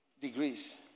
degrees